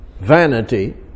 Vanity